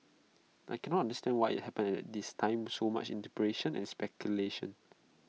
I cannot why IT happened at this time so much interpretation and speculation